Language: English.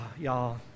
Y'all